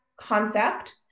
concept